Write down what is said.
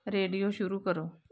radio शुरू करो